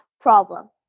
problem